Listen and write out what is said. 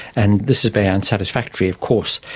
and this is very unsatisfactory of course.